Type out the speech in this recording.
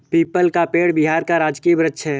people का पेड़ बिहार का राजकीय वृक्ष है